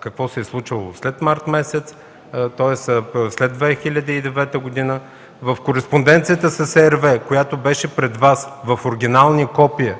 какво се е случвало след месец март, тоест след 2009 г., в кореспонденцията с RWE, която беше пред Вас в оригинални копия.